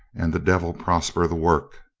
and the devil prosper the work!